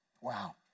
Wow